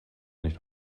nicht